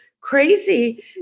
crazy